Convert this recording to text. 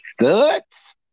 Studs